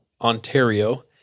Ontario